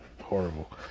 horrible